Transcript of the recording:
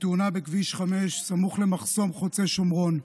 בתאונה בכביש 5, סמוך למחסום חוצה שומרון.